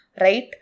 Right